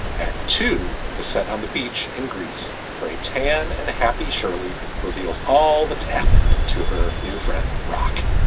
act two is set on the beach in greece. ray tan and a happy shirley reveals all that's happened to her new friend, rock.